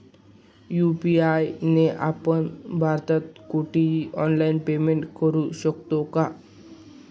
UPI ने आपण भारतात कुठेही ऑनलाईन पेमेंट करु शकतो का?